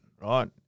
right